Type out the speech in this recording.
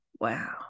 wow